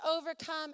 overcome